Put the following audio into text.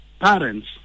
parents